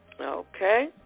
Okay